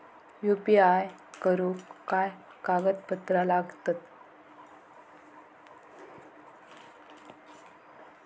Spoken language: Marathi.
यू.पी.आय करुक काय कागदपत्रा लागतत?